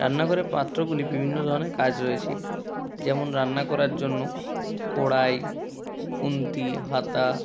রান্নাঘরে পাত্রগুলির বিভিন্ন ধরনের কাজ রয়েছে যেমন রান্না করার জন্য কড়াই খুন্তি হাতা